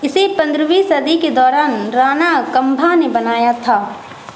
اسے پندرہویں صدی کے دوران رانا کمبھا نے بنایا تھا